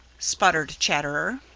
sputtered chatterer.